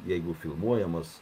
jeigu filmuojamas